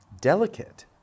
Delicate